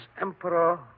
emperor